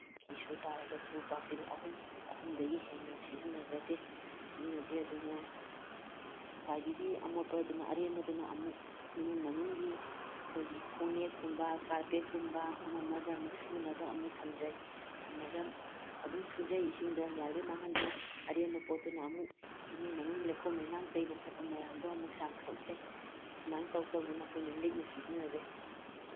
ꯐꯤ ꯁꯨ ꯇꯥꯔꯒꯁꯨ ꯕꯥꯜꯇꯤꯟ ꯑꯍꯨꯝ ꯑꯍꯨꯝꯗꯒꯤ ꯍꯦꯟꯅ ꯁꯤꯖꯤꯟꯅꯖꯗꯦ ꯁꯤꯖꯤꯟꯅꯗꯦ ꯑꯗꯨꯅ ꯈ꯭ꯋꯥꯏꯗꯒꯤ ꯑꯃꯣꯠꯄꯗꯨꯅ ꯑꯔꯦꯝꯕꯗꯨꯅ ꯑꯃꯨꯛ ꯏꯃꯨꯡ ꯃꯅꯨꯡꯒꯤ ꯑꯩꯈꯣꯏꯒꯤ ꯈꯣꯡꯅꯦꯠꯀꯨꯝꯕ ꯀꯥꯔꯄꯦꯠꯀꯨꯝꯕ ꯑꯃꯃꯗ ꯑꯃꯨꯛ ꯁꯨꯅꯕ ꯑꯃꯨꯛ ꯊꯝꯖꯩ ꯊꯝꯃꯒ ꯑꯗꯨꯝ ꯁꯨꯖꯩ ꯏꯁꯤꯡꯗꯣ ꯌꯥꯔꯤꯒꯩ ꯃꯥꯡꯍꯟꯗꯦ ꯑꯔꯦꯝꯕ ꯄꯣꯠꯇꯨꯅ ꯑꯃꯨꯛ ꯏꯃꯨꯡ ꯃꯅꯨꯡꯒꯤ ꯂꯩꯈꯣꯝ ꯂꯩꯅꯥꯡ ꯇꯩꯕ ꯈꯣꯠꯄ ꯃꯌꯥꯝꯗꯣ ꯑꯃꯨꯛ ꯆꯥꯝꯊꯣꯛꯆꯩ ꯑꯁꯨꯃꯥꯏꯅ ꯇꯧ ꯇꯧꯗꯅ ꯑꯩꯈꯣꯏꯅ ꯂꯤꯛꯅ ꯁꯤꯖꯤꯟꯅꯖꯩ